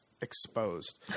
Exposed